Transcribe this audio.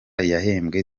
yahembwe